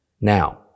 Now